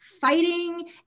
fighting